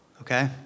okay